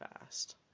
fast